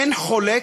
אין חולק,